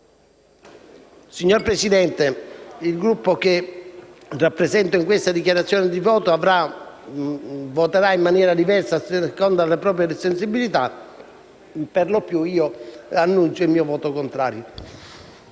Signor Presidente, il Gruppo che rappresento in questa dichiarazione di voto voterà in maniera diversa, a seconda delle proprie sensibilità. Per quanto mi riguarda, dichiaro il mio voto contrario.